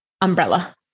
umbrella